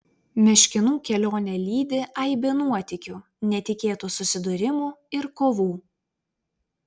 meškinų kelionę lydi aibė nuotykių netikėtų susidūrimų ir kovų